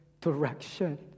direction